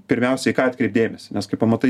pirmiausiai į ką atkreipt dėmesį nes kai pamatai